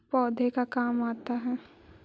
पौधे का काम आता है?